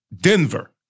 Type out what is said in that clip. Denver